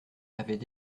avaient